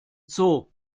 zoo